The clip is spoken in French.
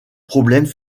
problèmes